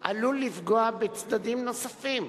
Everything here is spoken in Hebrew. עלול לפגוע בצדדים נוספים,